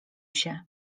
się